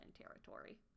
territory